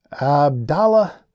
Abdallah